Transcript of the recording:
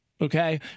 Okay